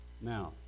now